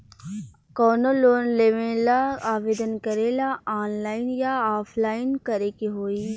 कवनो लोन लेवेंला आवेदन करेला आनलाइन या ऑफलाइन करे के होई?